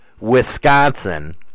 Wisconsin